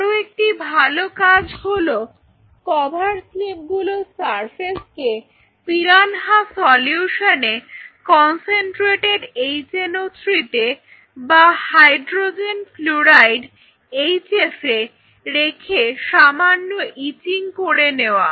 আরো একটি ভালো কাজ হল কভার স্লিপগুলোর সারফেসকে পিরানহা সলিউশনে Refer Time 0157 কনসেনট্রেটেড HNO3 তে বা হাইড্রোজেন ফ্লুরাইড্HF এ রেখে সামান্য ইচিং করে নেওয়া